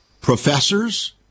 professors